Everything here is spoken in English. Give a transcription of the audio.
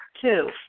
Two